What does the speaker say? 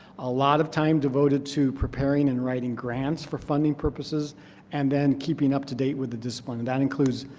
a lot of time devoted to preparing and writing grants for funding purposes and then keeping up-to-date with the discipline that includes